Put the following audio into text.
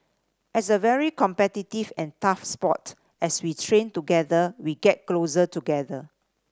as a very competitive and tough sport as we train together we get closer together